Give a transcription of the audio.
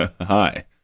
Hi